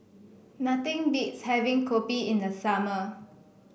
nothing beats having Kopi in the summer